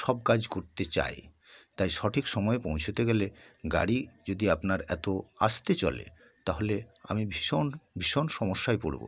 সব কাজ করতে চাই তাই সঠিক সময়ে পৌঁছোতে গেলে গাড়ি যদি আপনার এতো আস্তে চলে তাহলে আমি ভীষণ ভীষণ সমস্যায় পড়বো